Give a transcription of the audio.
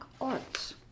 arts